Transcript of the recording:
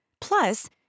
Plus